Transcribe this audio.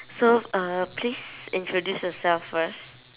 so uh please introduce yourself first